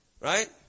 Right